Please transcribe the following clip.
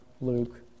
Luke